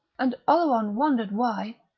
and oleron wondered why,